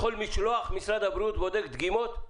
בכל משלוח משרד הבריאות בודק דגימות?